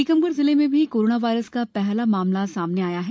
टीकमगढ़ जिले में भी कोरोनोवायरस का पहला मामला सामने आया है